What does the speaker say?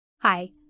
Hi